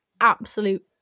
absolute